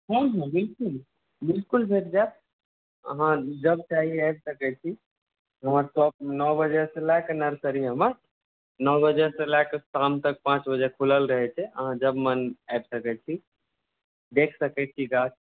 हँ हँ बिल्कुल बिल्कुल भेट जायत अहाँ जब चाही आबि सकै छी अहाँके नओ बजे से ले के नर्सरी हमर शामके पाँच बजे तक खुलल रहै छै अहाँ जब मन आबि सकै छी देख सकै छी गाछ